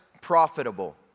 profitable